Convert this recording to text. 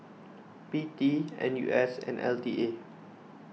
P T N U S and L T A